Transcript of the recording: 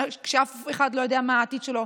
כשאף אחד לא יודע מה העתיד שלו,